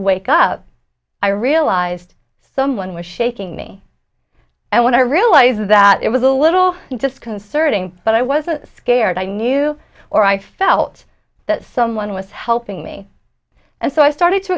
wake up i realized someone was shaking me and when i realized that it was a little disconcerting but i wasn't scared i knew or i felt that someone was helping me and so i started to